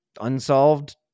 unsolved